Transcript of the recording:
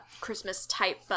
Christmas-type